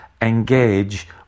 engage